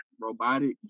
robotic